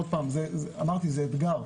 אמרתי, זה אתגר.